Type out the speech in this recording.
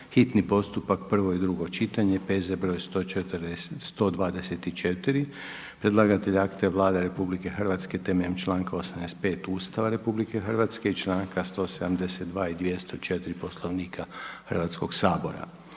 hitni postupak, prvo i drugo čitanje, P.Z. br. 124. Predlagatelj akta je Vlada RH temeljem članka 85. Ustava RH i članka 172 i 204 Poslovnika Hrvatskoga sabora.